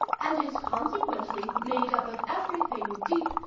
and is consequently made up of every thing deep,